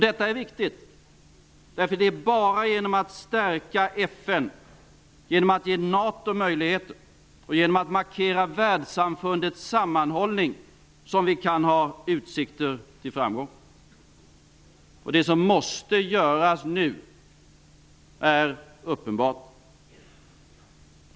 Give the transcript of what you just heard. Detta är viktigt, därför att det är bara genom att stärka FN, genom att ge NATO möjligheter och genom att markera världssamfundets sammanhållning som vi kan ha utsikter till framgång. Det som måste göras nu är uppenbart.